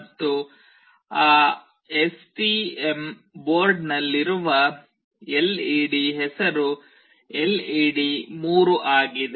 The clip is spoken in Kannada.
ಮತ್ತು ಆ ಎಸ್ಟಿಎಂ ಬೋರ್ಡ್ನಲ್ಲಿರುವ ಎಲ್ಇಡಿ ಹೆಸರು ಎಲ್ಇಡಿ 3 ಆಗಿದೆ